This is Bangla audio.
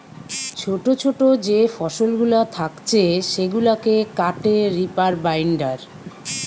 ছোটো ছোটো যে ফসলগুলা থাকছে সেগুলাকে কাটে রিপার বাইন্ডার